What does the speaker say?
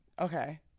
Okay